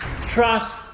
trust